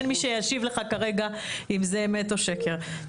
אין מי שישיב לך כרגע אם זה אמת או שקר,